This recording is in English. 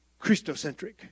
Christocentric